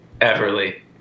Everly